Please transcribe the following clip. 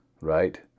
right